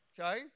okay